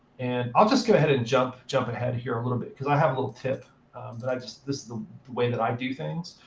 and i'll just go ahead and jump jump ahead here a little bit. because i have a little tip that i just this is the way that i do things.